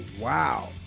wow